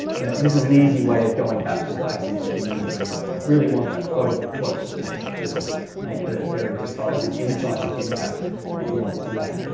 and this is an easy way of going back to the passage that you need when you really want that quotable quote that's going to just make the very decisive incisive impact that you want it to make.